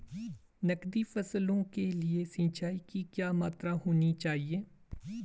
नकदी फसलों के लिए सिंचाई की क्या मात्रा होनी चाहिए?